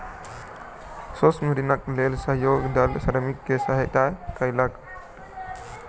सूक्ष्म ऋणक लेल सहयोग दल श्रमिक के सहयता कयलक